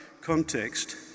context